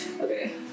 Okay